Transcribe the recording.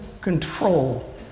control